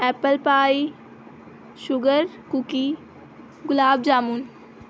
apple pie sugar cookie gulab jamun